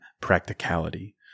practicality